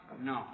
No